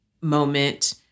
moment